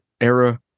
era